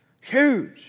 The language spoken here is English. Huge